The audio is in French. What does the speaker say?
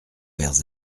vers